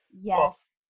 Yes